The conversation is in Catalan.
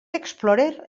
explorer